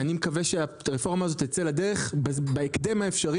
אני מקווה שהרפורמה הזאת תצא לדרך בהקדם האפשרי,